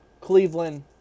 Cleveland